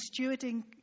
stewarding